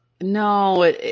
No